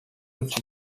which